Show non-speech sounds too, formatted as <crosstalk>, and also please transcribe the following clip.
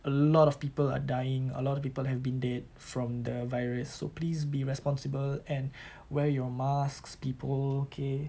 a lot of people are dying a lot of people have been dead from the virus so please be responsible and <noise> wear your masks people okay